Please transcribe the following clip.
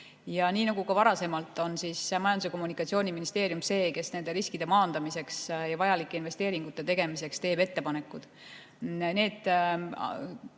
Ja nii nagu varasemalt, on Majandus- ja Kommunikatsiooniministeerium see, kes nende riskide maandamiseks ja vajalike investeeringute tegemiseks ettepanekud teeb.